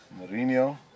Mourinho